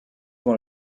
one